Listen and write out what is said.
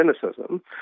cynicism